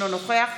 אינו נוכח